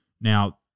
Now